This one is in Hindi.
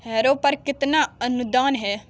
हैरो पर कितना अनुदान है?